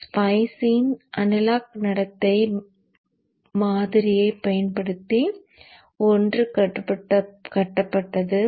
ngSpice இன் analog நடத்தை மாதிரியைப் பயன்படுத்தி இது ஒன்று கட்டப்பட்டது